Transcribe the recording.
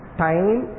time